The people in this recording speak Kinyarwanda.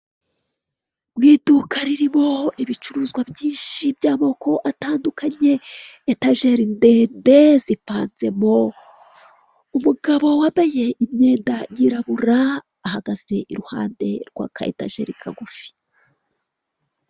Mu iduka ririmo ibicuruzwa byinshi by'amoko atandukanye. Etajeri ndende zipanzemo, umugabo wambaye imyenda yirabura ahagaze iruhande rw'akayetajeri kagufi.